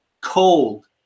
cold